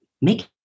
make